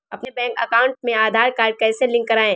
अपने bank account में Aadhaar card कैसे लिंक करें?